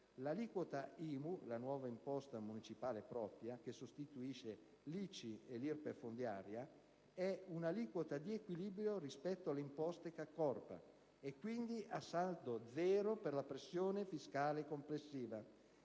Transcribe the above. L'aliquota dell'IMU (la nuova imposta municipale propria, che sostituisce ICI e IRPEF fondiaria) è un'aliquota di equilibrio rispetto alle imposte che accorpa: è quindi a saldo zero per la pressione fiscale complessiva.